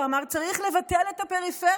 הוא אמר: צריך לבטל את הפריפריה.